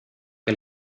que